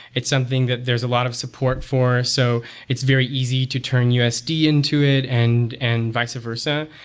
it's something that there's a lot of support for. so it's very easy to turn usd into it and and vice versa.